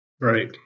Right